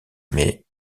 mais